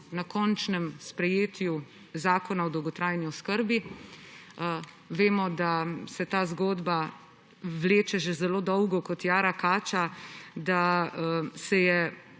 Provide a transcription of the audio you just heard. na končnem sprejetju zakona o dolgotrajni oskrbi. Vemo, da se ta zgodba vleče že zelo dolgo kot jara kača, da se je